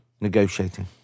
Negotiating